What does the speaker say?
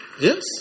Yes